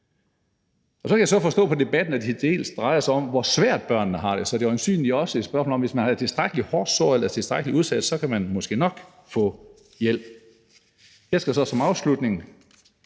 Og så kan jeg så forstå på debatten, at det til dels drejer sig om, hvor svært børnene har det. Så det er øjensynlig også spørgsmål om, at hvis man er tilstrækkelig hårdt såret eller tilstrækkelig udsat, kan man måske nok få hjælp. Jeg skal som afslutning